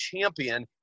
champion